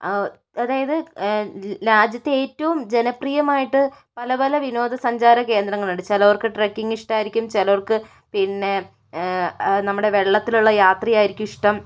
അതായത് രാജ്യത്ത് ഏറ്റവും ജനപ്രിയമായിട്ട് പലപല വിനോദസഞ്ചാര കേന്ദ്രങ്ങൾ ഉണ്ട് ചിലവർക്ക് ട്രക്കിംഗ് ഇഷ്ടമായിരിക്കും ചിലവർക്ക് പിന്നെ നമ്മുടെ വെള്ളത്തിലുള്ള യാത്രയായിരിക്കും ഇഷ്ടം